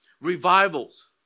Revivals